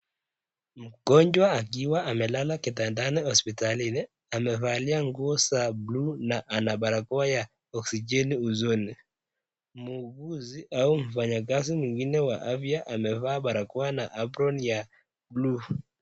Mgonjwa akiwa amelala kitandani hospitalini, amevalia nguo za blue na ana barakoa ya oksijeni usoni. Muuguzi au mfanyikazi mwingine wa afya amevaa barakoa na apron ya blue .